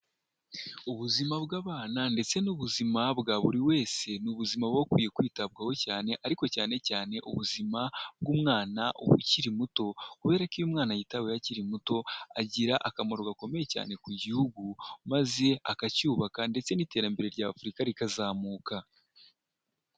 Ubuzima bw'abana ndetse n'ubuzima bwa buri wese ni ubuzima bukwiye kwitabwaho cyane ariko cyane cyane ubuzima bw'umwana ukiri muto, kubera ko iyo umwana yitaweho akiri muto agira akamaro gakomeye cyane ku gihugu maze akacyubaka ndetse n'iterambere rya Afurika rikazamuka.